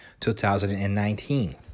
2019